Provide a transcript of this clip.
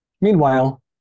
Meanwhile